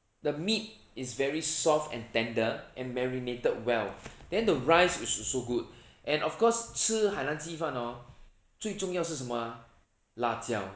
the meat is very soft and tender and marinated well then the rice is also good and of course 吃海南鸡饭 hor 最重要是什么啊辣椒